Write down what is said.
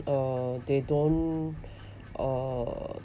uh they don't err